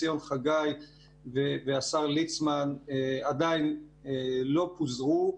ציון חגי והשר ליצמן, עדיין לא פוזרו.